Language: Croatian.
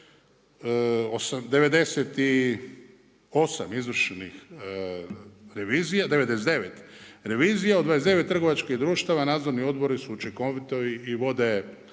98 izvršenih revizija, 99 revizija, 99 trgovačkih društava nadzorni odbori su učinkoviti i vode